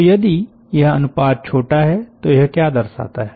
तो यदि यह अनुपात छोटा है तो यह क्या दर्शाता है